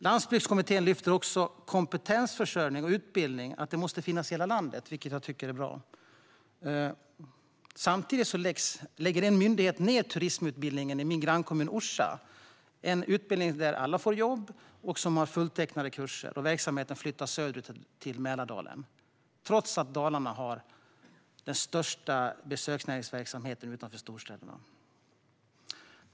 Landsbygdskommittén lyfter också fram att kompetensförsörjning och utbildning måste finnas i hela landet, vilket jag tycker är bra. Samtidigt lägger en myndighet ned turismutbildningen i min grannkommun Orsa - en utbildning där alla får jobb och som har fulltecknade kurser. Verksamheten flyttas söderut till Mälardalen, trots att Dalarna har den största besöksnäringsverksamheten utanför storstäderna.